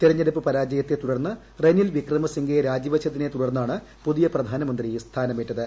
തെരഞ്ഞെടുപ്പ് പരാജയത്തെ തുടർന്ന് റെനിൽ വിക്രമ സിംഗെ രാജിവെച്ചതിനെ തുടർന്നാണ് പുതിയ പ്രധാനമന്ത്രി സ്ഥാനമേറ്റത്